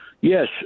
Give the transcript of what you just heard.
Yes